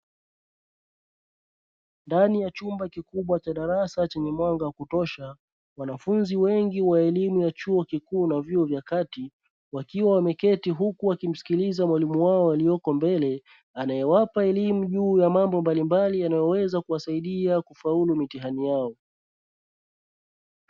Ndani ya chumba kikubwa cha darasa chenye mwanga wa kutosha, wanafunzi wengi wa elimu ya chuo kikuu na chuo cha kati wakiwa wameketi huku wakimsikiliza mwalimu wao aliyesimama mbele, anayewapa elimu juu ya mambo mbalimbali yanayoweza kuwasaidia kufauli mitihani yao.